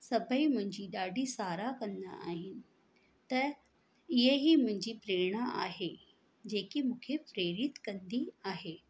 सभेई मुंहिंजी ॾाढी सारा कंदा आहिनि त इहो ई मुंहिंजी प्रेरणा आहे जेको मूंखे प्रेरित कंदी आहे